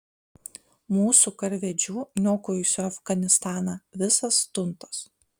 mūsų karvedžių niokojusių afganistaną visas tuntas